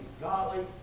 godly